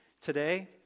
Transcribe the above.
today